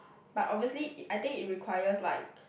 but obviously it I think it requires like